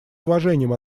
уважением